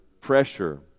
pressure